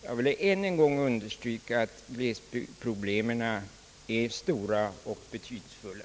Jag vill ännu en gång understryka att glesbygdsproblemen är stora och betydelsefulla.